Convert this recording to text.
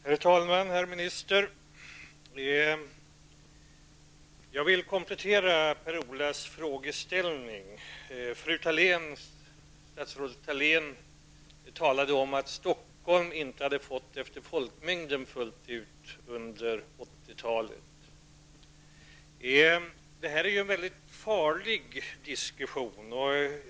Herr talman! Jag vill komplettera Per-Ola Erikssons fråga. Statsrådet Thalén talade om att Stockholm under 80-talet inte hade blivit tilldelat medel fullt ut efter folkmängden. Detta är en farlig diskussion.